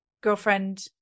girlfriend